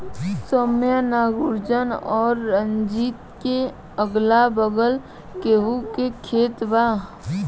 सौम्या नागार्जुन और रंजीत के अगलाबगल गेंहू के खेत बा